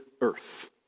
earth